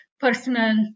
personal